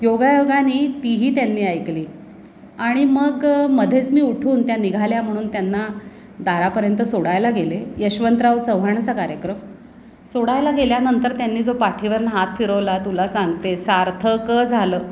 योगायोगाने तीही त्यांनी ऐकली आणि मग मध्येच मी उठून त्या निघाल्या म्हणून त्यांना दारापर्यंत सोडायला गेले यशवंतराव चव्हाणाचा कार्यक्रम सोडायला गेल्यानंतर त्यांनी जो पाठीवरून हात फिरवला तुला सांगते सार्थक झालं